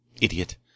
Idiot